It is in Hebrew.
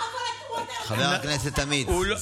חבר הכנסת עמית, זמנך הסתיים.